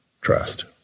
trust